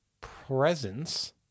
presence